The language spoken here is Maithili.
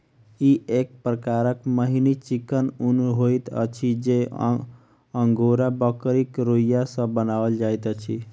ई एक प्रकारक मिहीन चिक्कन ऊन होइत अछि जे अंगोरा बकरीक रोंइया सॅ बनाओल जाइत अछि